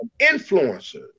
influencers